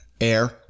Air